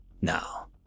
Now